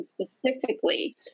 specifically